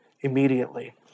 immediately